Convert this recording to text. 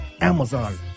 Amazon